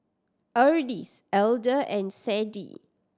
Ardyce Elder and Sadie